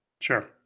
Sure